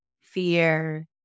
fear